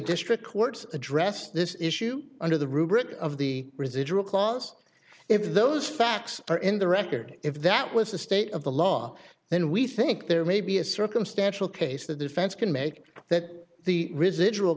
district courts address this issue under the rubric of the residual clause if those facts are in the record if that was the state of the law then we think there may be a circumstantial case the defense can make that the residual